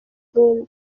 izindi